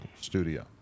Studio